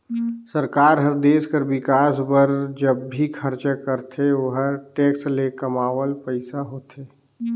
सरकार हर देस कर बिकास बर ज भी खरचा करथे ओहर टेक्स ले कमावल पइसा होथे